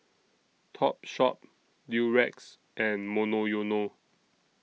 Topshop Durex and Monoyono